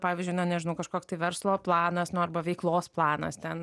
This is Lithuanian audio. pavyzdžiui na nežinau kažkoks tai verslo planas nu arba veiklos planas ten